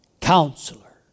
Counselor